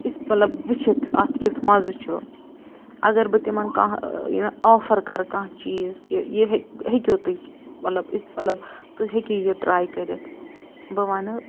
اِس مطلب وُچھِتھ اتھ کٮُ۪تھ مَزٕ چھُ اگر بہٕ تِمن کانٛہہ یہِ نا آفر کَرٕ کانٛہہ چیٖز کہِ یہِ ہٮ۪ک ہیٚکِو تُہۍ مطلب اِس مطلب تُہۍ ہیٚکِو تہِ ٹرٛے کٔرِتھ بہٕ وَنٕنہٕ